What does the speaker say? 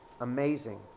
amazing